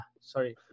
sorry